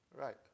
Right